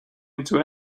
into